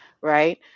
right